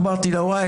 אמרתי לה: וואי,